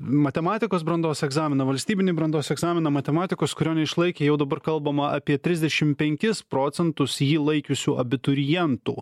matematikos brandos egzaminą valstybinį brandos egzaminą matematikos kurio neišlaikė jau dabar kalbama apie trisdešim penkis procentus jį laikiusių abiturientų